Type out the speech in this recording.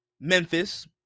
Memphis